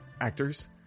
actors